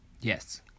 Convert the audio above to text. Yes